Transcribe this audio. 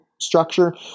structure